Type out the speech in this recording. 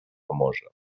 famosa